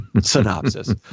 synopsis